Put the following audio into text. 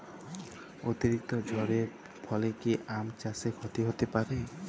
অতিরিক্ত ঝড়ের ফলে কি আম চাষে ক্ষতি হতে পারে?